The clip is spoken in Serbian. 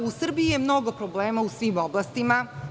U Srbiji je mnogo problema u svim oblastima.